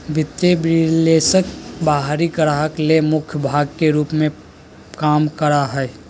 वित्तीय विश्लेषक बाहरी ग्राहक ले मुख्य भाग के रूप में काम करा हइ